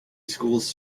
schools